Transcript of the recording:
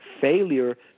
failure